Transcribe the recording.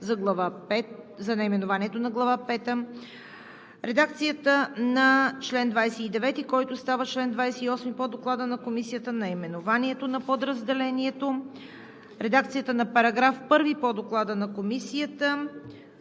за наименованието на Глава пета; редакцията на чл. 29, който става чл. 28 по Доклада на Комисията; наименованието на подразделението; редакцията на § 1 по Доклада на Комисията;